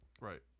Right